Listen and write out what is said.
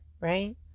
right